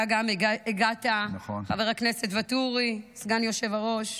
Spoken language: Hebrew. אתה גם הגעת, חבר הכנסת ואטורי, סגן היושב-ראש.